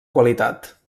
qualitat